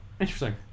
Interesting